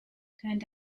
turned